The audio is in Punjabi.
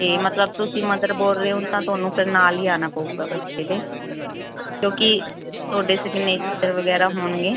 ਅਤੇ ਮਤਲਬ ਤੁਸੀਂ ਮਦਰ ਬੋਲ ਰਹੇ ਹੋ ਤਾਂ ਤੁਹਾਨੂੰ ਫਿਰ ਨਾਲ ਹੀ ਆਉਣਾ ਪਵੇਗਾ ਬੱਚੇ ਦੇ ਕਿਉਂਕਿ ਤੁਹਾਡੇ ਸਿਗਨੇਚਰ ਵਗੈਰਾ ਹੋਣਗੇ